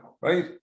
right